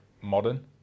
modern